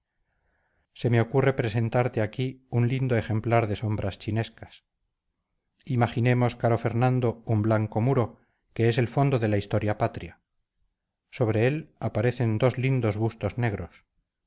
se me ocurre presentarte aquí un lindo ejemplar de sombras chinescas imaginemos caro fernando un blanco muro que es el fondo de la historia patria sobre él aparecen dos lindos bustos negros